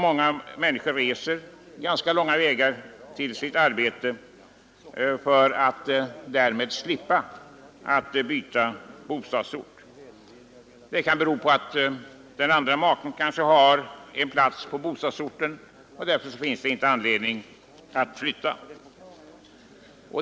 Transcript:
Många människor reser numera ganska lång väg till sitt arbete för att slippa byta bostadsort. Detta kan bero på att den andra maken har arbete på bostadsorten och familjen därför saknar anledning att flytta.